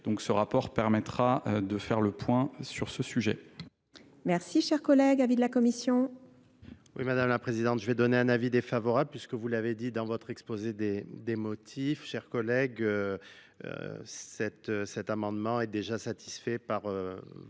donc ce rapport permettra de faire le point sur ce sujet. Chers collègues, avis de la commission. madame la présidente je vais donner un avis défavorable puisque vous l'avez dit dans votre exposé des des motifs chers collègues cette cet amendement est déjà satisfait votre